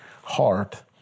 heart